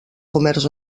comerç